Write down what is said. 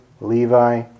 Levi